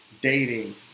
dating